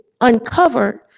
uncovered